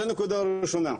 זה נקודה ראשונה.